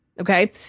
okay